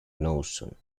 notion